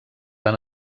han